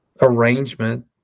arrangement